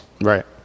Right